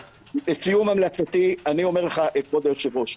לסיום המלצתי אני אומר לך, כבוד היושב ראש,